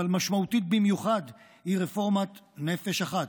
אבל משמעותית במיוחד היא רפורמת נפש אחת,